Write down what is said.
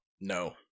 No